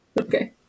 okay